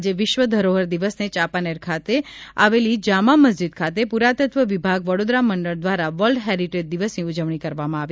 આજે વિશ્વ ધરોહર દિવસને ચાંપાનેર ખાતે આવેલી જામા મસ્જિદ ખાતે પુરાતત્વ વિભાગ વડોદરા મંડળ દ્વારા વર્લ્ડ હેરિટેજ દિવસની ઉજવણી કરવામાં આવી